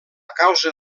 causa